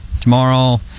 tomorrow